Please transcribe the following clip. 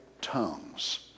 tongues